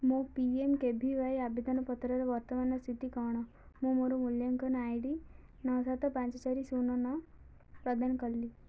ମୋ P M K V Y ଆବେଦନପତ୍ରର ବର୍ତ୍ତମାନ ସ୍ଥିତି କଣ ମୁଁ ମୋର ମୂଲ୍ୟାଙ୍କନ ଆଇ ଡି ନଅ ସାତ ପାଞ୍ଚ ଚାରି ଶୂନ ନଅ ପ୍ରଦାନ କଲି